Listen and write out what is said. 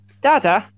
Dada